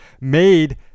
made